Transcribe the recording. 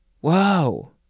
Whoa